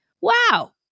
Wow